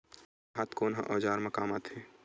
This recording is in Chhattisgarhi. राहत कोन ह औजार मा काम आथे?